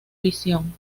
visión